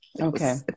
okay